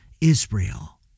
Israel